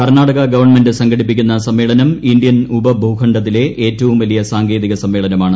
Karnataka government സംഘടിപ്പിക്കുന്ന സമ്മേളനം Indian ഉപഭൂഖണ്ഡത്തിലെ ഏറ്റവും വലിയ സാങ്കേതിക സമ്മേളനമാണ്